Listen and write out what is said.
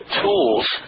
tools